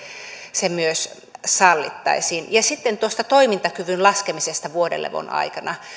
se myös sallittaisiin ja sitten tuosta toimintakyvyn laskemisesta vuodelevon aikana